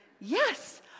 yes